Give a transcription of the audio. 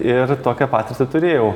ir tokią patirtį turėjau